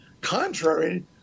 contrary